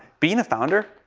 being a founder,